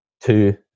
two